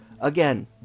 Again